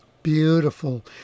Beautiful